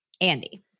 Andy